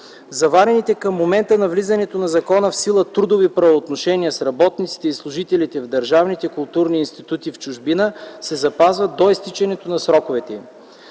Заварените към момента на влизането на закона в сила трудови правоотношения с работниците и служителите в държавните културни институти в чужбина се запазват до изтичането на сроковете